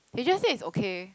he just said it's okay